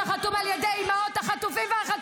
גם תשובה על המכתב שלי שחתום על ידי אימהות החטופים והחטופות,